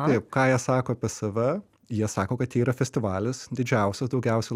taip ką jie sako pas save jie sako kad tai yra festivalis didžiausias daugiausiai